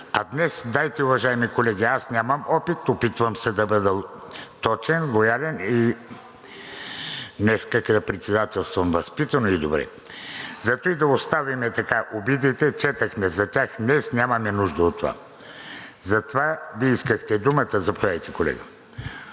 А днес дайте, уважаеми колеги, аз нямам опит, опитвам се да бъда точен, лоялен и днес председателствам възпитано и добре. Затова да оставим обидите – четохме за тях, днес нямаме нужда от това. Вие искахте думата – заповядайте, колега.